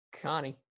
Connie